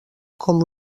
com